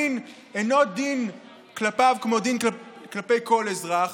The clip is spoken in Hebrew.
הדין כלפיו אינו דין כמו דין כלפי כל אזרח.